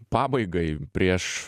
pabaigai prieš